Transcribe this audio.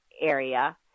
area